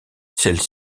celle